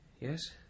Yes